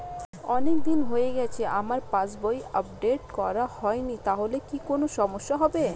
অনেকদিন হয়ে গেছে আমার পাস বই আপডেট করা হয়নি তাহলে কি কোন সমস্যা হবে?